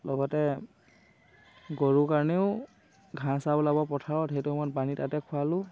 লগতে গৰুৰ কাৰণেও ঘাঁহ চাহ ওলাব পথাৰত সেইটো সময়ত পানী তাতে খুৱালোঁ